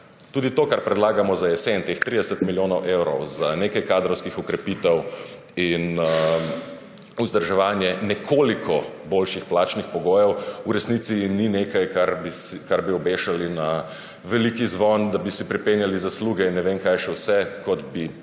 Tudi to, kar predlagamo za jesen, teh 30 milijonov evrov za nekaj kadrovskih okrepitev in vzdrževanje nekoliko boljših plačnih pogojev, v resnici ni nekaj, kar bi obešali na veliki zvon, da bi si pripenjali zasluge in ne vem kaj še vse, kot bi